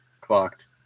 clocked